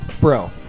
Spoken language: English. Bro